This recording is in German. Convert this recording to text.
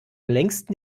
längsten